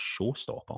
showstopper